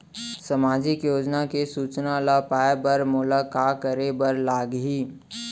सामाजिक योजना के सूचना ल पाए बर मोला का करे बर लागही?